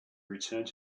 returned